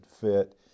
fit